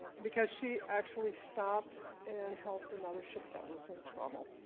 because she actually stopped and helped another ship that was in trouble.